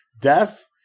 Death